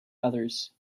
others